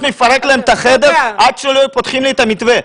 מפרק להם את החדר עד שלא היו פותחים לי את המתווה,